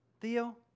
Theo